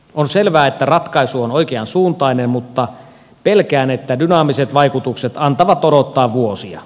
on selvää että ratkaisu on oikeansuuntainen mutta pelkään että dynaamiset vaikutukset antavat odottaa vuosia